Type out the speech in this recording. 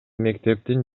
мектептин